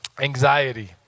anxiety